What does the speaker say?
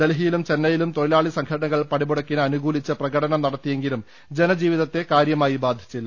ഡൽഹിയിലും ചെന്നൈയിലും തൊഴിലാളി സംഘടനകൾ പണിമുടക്കിനെ അനുകൂലിച്ച് പ്രകടനം നട ത്തിയെങ്കിലും ജനജീവിതത്തെ കാര്യമായി ബാധിച്ചില്ല